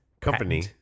company